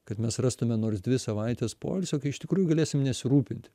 kad mes rastume nors dvi savaites poilsio kai iš tikrųjų galėsim nesirūpinti